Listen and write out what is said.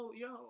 yo